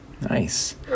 nice